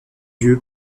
dieu